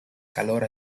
calor